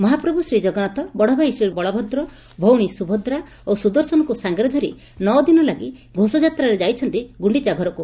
ମହାପ୍ରଭ୍ ଶ୍ରୀଜଗନ୍ନାଥ ବଡଭାଇ ଶ୍ରୀବଳଭଦ୍ର ଭଉଣୀ ସୁଭଦ୍ରା ଓ ସୁଦର୍ଶନଙ୍କୁ ସାଙ୍ଗରେ ଧରି ନଅଦିନ ଲାଗି ଘୋଷଯାତ୍ରାରେ ଯାଇଛନ୍ତି ଗୁଖିଚା ଘରକୁ